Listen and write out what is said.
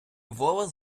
волос